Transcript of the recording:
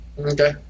Okay